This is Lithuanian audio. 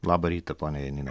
labą rytą ponia janina